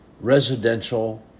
residential